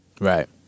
Right